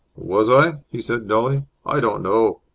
was i? he said, dully. i don't know.